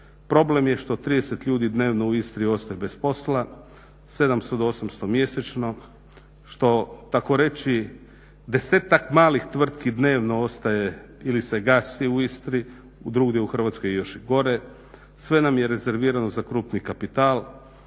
Problem je što 30 ljudi dnevno u Istri ostaje bez posla, 700-800 mjesečno što takoreći desetak malih tvrtki dnevno ostaje ili se gasi u Istri, drugdje u Hrvatskoj je još i gore, sve nam je rezervirano za krupni kapital,